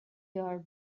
your